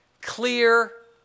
clear